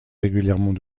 régulièrement